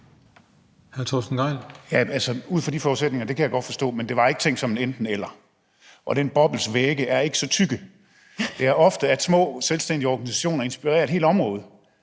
Gejl (ALT): Altså, ud fra de forudsætninger kan jeg godt forstå det, men det var ikke tænkt som et enten-eller, og den bobles vægge er ikke så tykke. Det er ofte sådan, at små selvstændige organisationer inspirerer et helt